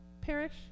perish